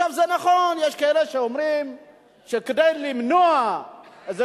זה נכון, יש כאלה שאומרים שכדי למנוע איזה